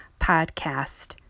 podcast